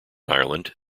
ireland